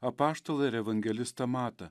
apaštalą ir evangelistą matą